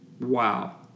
Wow